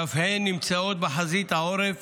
שאף הן נמצאות בחזית העורף